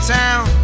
town